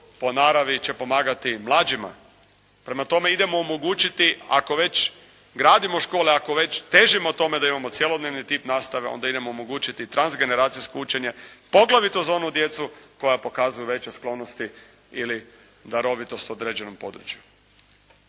po naravi, će pomagati mlađima. Prema tome, idemo omogućiti, ako već gradimo škole, ako već težimo tome da imamo cjelodnevni tip nastave, onda idemo omogućiti transgeneracijsko učenje, poglavito za onu djecu koja pokazuju veće sklonosti ili darovitost određenom području.